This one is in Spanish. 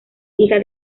hija